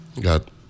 Got